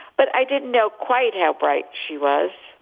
but i didn't know quite how bright she was